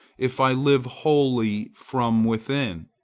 if i live wholly from within?